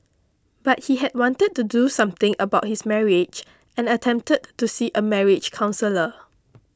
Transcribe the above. but he had wanted to do something about his marriage and attempted to see a marriage counsellor